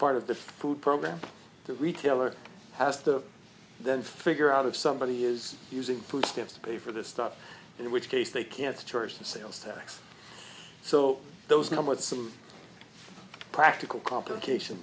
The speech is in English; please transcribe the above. part of the food program the retailer has to then figure out if somebody is using food stamps to pay for this stuff in which case they can't charge the sales tax so those numbers some practical complication